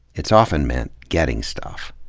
it's often meant getting stuff.